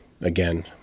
again